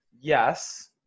yes